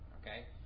Okay